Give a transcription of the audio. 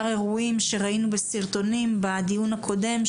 אירועים שראינו סרטונים בדיון הקודם,